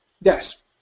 Yes